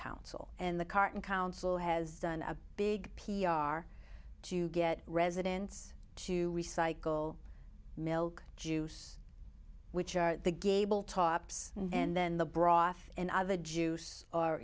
council and the current council has done a big p r to get residents to recycle milk juice which are the gable tops and then the broth and other juice or